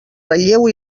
ratlleu